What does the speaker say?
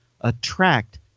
attract